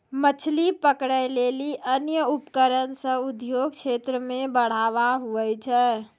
मछली पकड़ै लेली अन्य उपकरण से उद्योग क्षेत्र मे बढ़ावा हुवै छै